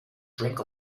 drink